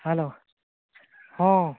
hello ᱦᱮᱸ